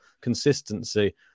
consistency